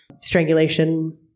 strangulation